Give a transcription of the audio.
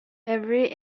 every